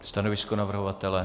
Stanovisko navrhovatele?